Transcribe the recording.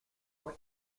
for